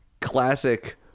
classic